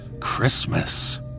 Christmas